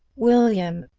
william,